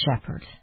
shepherd